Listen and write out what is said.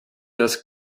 das